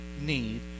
need